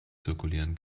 zirkulieren